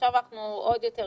עכשיו אנחנו יודעים עוד פחות.